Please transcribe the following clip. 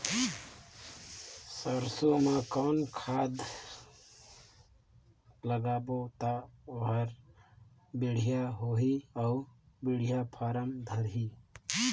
सरसो मा कौन खाद लगाबो ता ओहार बेडिया भोगही अउ बेडिया फारम धारही?